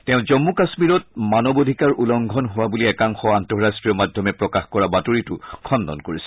তেও জম্মু কাশ্মীৰত মানৱাধিকাৰ উলংঘন হোৱা বুলি একাংশ আন্তঃৰাষ্ট্ৰীয় মাধ্যমে প্ৰকাশ কৰা বাতৰিটোক খণ্ডন কৰিছে